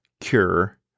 cure